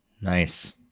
nice